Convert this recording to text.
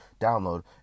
download